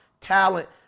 Talent